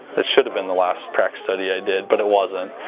it should have been the last practice study i did, but it wasn't.